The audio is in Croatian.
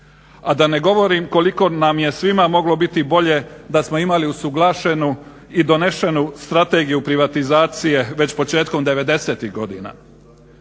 a da ne govorim koliko nam je svima moglo biti bolje da smo imali usuglašenu i donesenu strategiju privatizacije već početkom '90.-tih godina.